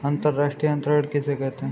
अंतर्राष्ट्रीय अंतरण किसे कहते हैं?